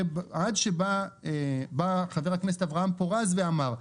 עד שבא חבר הכנסת אברהם פורז ואמר,